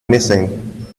missing